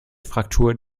fraktur